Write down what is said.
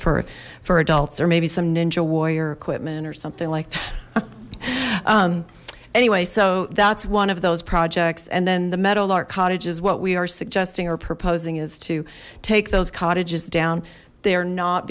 for for adults or maybe some ninja warrior equipment or something like that anyway so that's one of those projects and then the meadowlark cottage is what we are suggesting or proposing is to take those cottages down they're not